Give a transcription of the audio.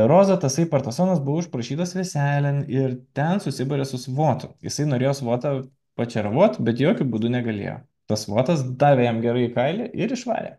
rozą tasai partisonas buvo užprašytas veselėn ir ten susibarė su svotu jisai norėjo svotą pačeravot bet jokiu būdu negalėjo tas svotas davė jam gerai į kailį ir išvarė